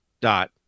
dot